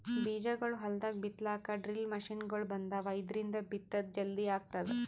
ಬೀಜಾಗೋಳ್ ಹೊಲ್ದಾಗ್ ಬಿತ್ತಲಾಕ್ ಡ್ರಿಲ್ ಮಷಿನ್ಗೊಳ್ ಬಂದಾವ್, ಇದ್ರಿಂದ್ ಬಿತ್ತದ್ ಜಲ್ದಿ ಆಗ್ತದ